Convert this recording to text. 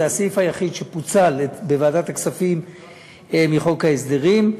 זה הסעיף היחיד שפוצל בוועדת הכספים מחוק ההסדרים.